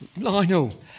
Lionel